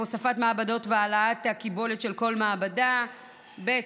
הוספת מעבדות והעלאת הקיבולת של כל מעבדה, ב.